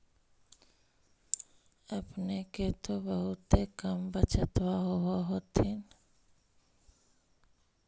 अपने के तो बहुते कम बचतबा होब होथिं?